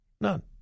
None